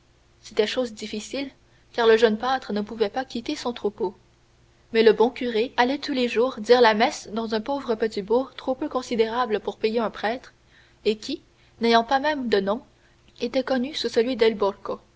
c'était chose difficile car le jeune pâtre ne pouvait pas quitter son troupeau mais le bon curé allait tous les jours dire la messe dans un pauvre petit bourg trop peu considérable pour payer un prêtre et qui n'ayant pas même de nom était connu sous celui